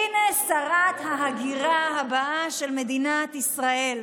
הינה שרת ההגירה הבאה של מדינת ישראל.